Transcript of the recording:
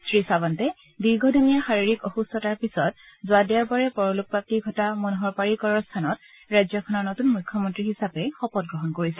শ্ৰীছাৱণ্টে দীৰ্ঘদিনীয়া শাৰীৰিক অসুস্থতাৰ পিছত যোৱা দেওবাৰে পৰলোকপ্ৰাপ্তি ঘটা মনোহৰ পাৰিকৰৰ স্থানত ৰাজ্যখনৰ নতুন মুখ্যমন্ত্ৰী হিচাপে শপত গ্ৰহণ কৰিছে